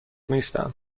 نیستم